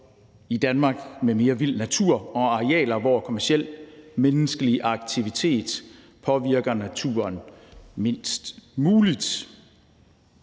i Danmark med mere vild natur og arealer, hvor kommerciel, menneskelig aktivitet påvirker naturen mindst muligt.